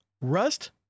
rust